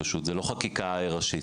זאת לא חקיקה ראשית.